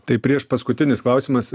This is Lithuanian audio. tai priešpaskutinis klausimas